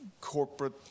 corporate